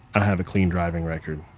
i have a clean driving record.